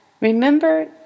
Remember